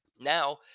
Now